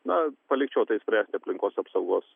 na palikčiau tai spręsti aplinkos apsaugos